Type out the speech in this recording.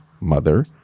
mother